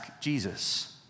Jesus